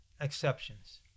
exceptions